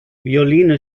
violine